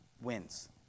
wins